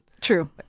True